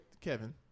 Kevin